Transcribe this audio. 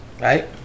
Right